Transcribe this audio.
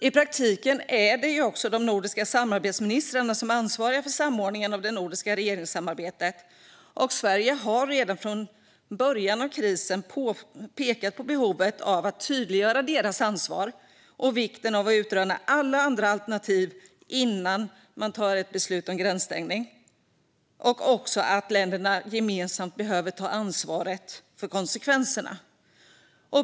I praktiken är det också de nordiska samarbetsministrarna som är ansvariga för samordningen av det nordiska regeringssamarbetet. Sverige har redan från början av krisen pekat på behovet av att tydliggöra deras ansvar och vikten av att utröna alla andra alternativ innan man tar ett beslut om gränsstängning och också att länderna gemensamt behöver ta ansvaret för konsekvenserna.